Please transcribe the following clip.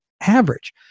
average